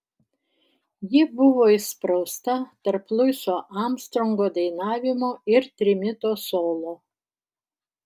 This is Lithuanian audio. ji buvo įsprausta tarp luiso armstrongo dainavimo ir trimito solo